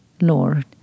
Lord